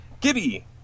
Gibby